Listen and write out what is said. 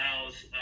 allows